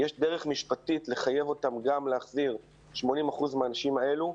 יש דרך משפטית לחייב אותם גם להחזיר 80% מהאנשים האלה.